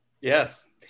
yes